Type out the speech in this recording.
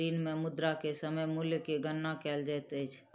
ऋण मे मुद्रा के समय मूल्य के गणना कयल जाइत अछि